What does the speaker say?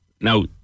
now